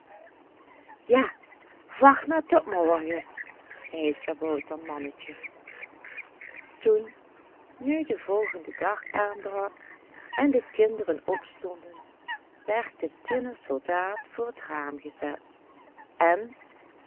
ja wacht maar tot morgen zei het kaboutermannetje toen nu de volgende dag aanbrak en de kinderen opstonden werd de tinnen soldaat voor het raam neergezet en